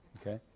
Okay